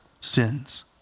sins